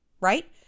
right